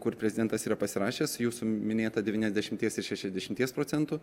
kur prezidentas yra pasirašęs jūsų minėtą devyniasdešimties ir šešiasdešimties procentų